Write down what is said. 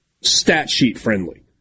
stat-sheet-friendly